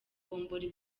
bombori